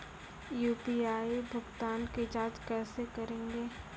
UPI भुगतान की जाँच कैसे करेंगे?